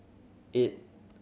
eight